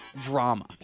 drama